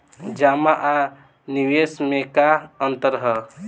जमा आ निवेश में का अंतर ह?